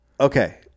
Okay